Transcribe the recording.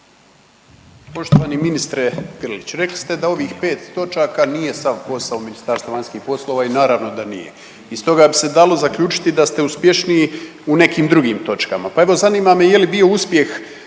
Poštovani ministre Grliću rekli ste da ovih 5 točaka nije sav posao Ministarstva vanjskih poslova i naravno da nije. Iz toga bi se dalo zaključiti da ste uspješniji u nekim drugim točkama. Pa evo zanima me je li bio uspjeh